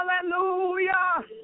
Hallelujah